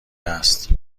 است